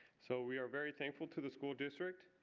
so we are very thankful to the school district,